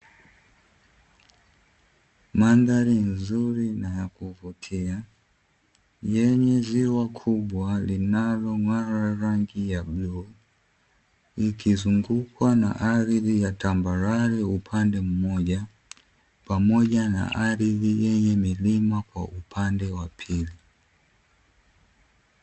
Mandhari nzuri na ya kuvutia yenye ziwa linalong'ara kwa rangi ya bluu, likizungukwa na ardhi ya tambarare upande mmoja pamoja na ardhi yenye milima kwa wa pili.